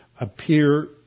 appear